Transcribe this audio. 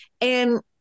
And-